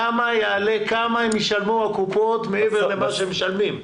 כמה תשלמנה הקופות מעבר למה שהן משלמות?